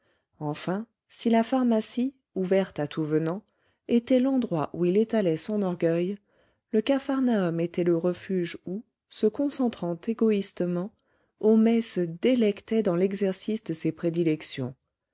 enfin si la pharmacie ouverte à tout venant était l'endroit où il étalait son orgueil le capharnaüm était le refuge où se concentrant égoïstement homais se délectait dans l'exercice de ses prédilections